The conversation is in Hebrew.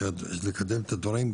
על מנת לקדם את הדברים,